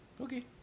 Okay